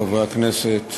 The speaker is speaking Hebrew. חברי הכנסת,